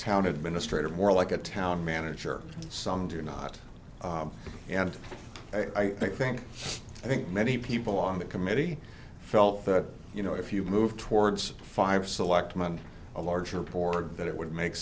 town administrator more like a town manager some do not and i think i think many people on the committee felt that you know if you move towards five selectman a larger board that it would make